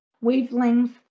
wavelength